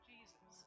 Jesus